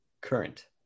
current